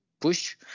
push